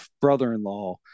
brother-in-law